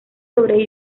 sobre